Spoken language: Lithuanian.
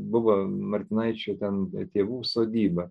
buvo martinaičio ten tėvų sodyba